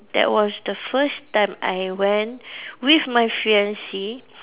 that was the first time that I went with my fiance